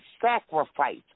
sacrifice